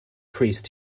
priest